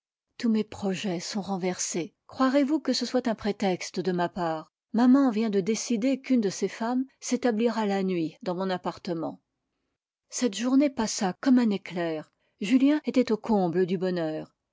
tous mes projets sont renversés croirez-vous que ce soit un prétexte de ma part maman vient de décider qu'une de ses femmes s'établira la nuit dans mon appartement cette journée passa comme un éclair julien était au comble du bonheur